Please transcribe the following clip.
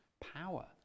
power